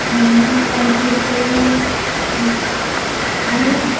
अन मुलांचे खेळणे आणि